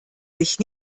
sich